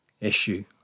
issue